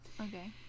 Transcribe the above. Okay